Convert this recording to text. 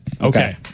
Okay